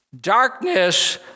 darkness